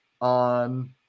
on